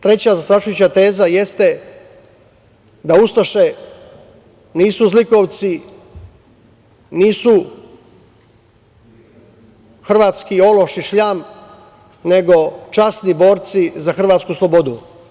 Treća zastrašujuća teza jeste da ustaše nisu zlikovci, nisu hrvatski ološi, šljam, nego časni borci za hrvatsku slobodu.